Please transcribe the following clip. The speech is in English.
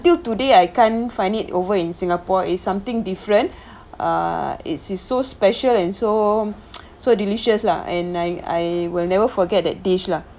until today I can't find it over in singapore is something different uh it is so special and so so delicious lah and I I will never forget that dish lah